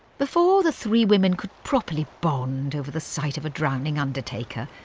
before the three women could properly bond over the sight of a drowning undertaker,